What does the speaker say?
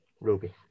Ruby